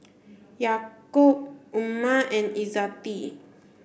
Yaakob Umar and Izzati